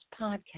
podcast